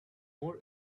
more